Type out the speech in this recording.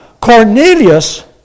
Cornelius